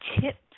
tips